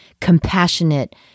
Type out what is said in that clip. compassionate